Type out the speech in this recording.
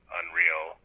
unreal